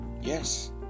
Yes